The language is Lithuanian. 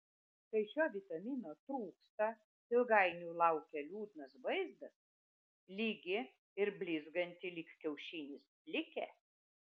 kai šio vitamino trūksta ilgainiui laukia liūdnas vaizdas lygi ir blizganti lyg kiaušinis plikė